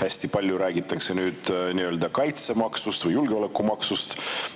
hästi palju räägitakse nii-öelda kaitsemaksust või julgeolekumaksust,